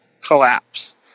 collapse